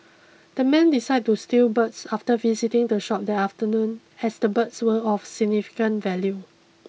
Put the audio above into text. the men decided to steal the birds after visiting the shop that afternoon as the birds were of significant value